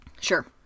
Sure